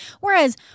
Whereas